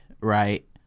right